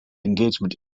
engagement